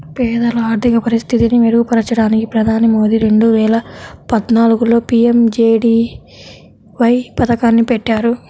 పేదల ఆర్థిక పరిస్థితిని మెరుగుపరచడానికి ప్రధాని మోదీ రెండు వేల పద్నాలుగులో పీ.ఎం.జే.డీ.వై పథకాన్ని పెట్టారు